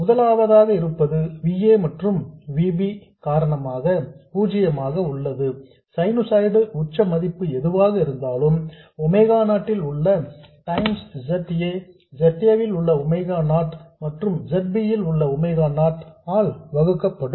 முதலாவதாக இருப்பது V a மற்றும் V b காரணமாக பூஜ்யமாக உள்ளது சைனுசாய்டு ன் உச்ச மதிப்பு ஏதுவாக இருந்தாலும் ஒமேகா நாட் ல் உள்ள டைம்ஸ் Z a ஐ Z a ல் உள்ள ஒமேகா நாட் மற்றும் Z b ல் உள்ள ஒமேகா நாட் ஆல் வகுக்கப்படும்